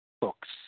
books